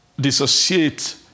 dissociate